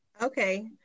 Okay